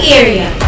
area